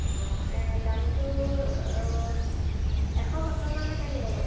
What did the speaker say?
অঁ দামটো এশ সত্তৰ মানত আহি যাব